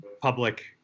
public